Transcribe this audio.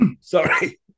sorry